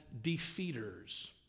defeaters